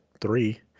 three